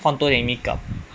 放多一点 makeup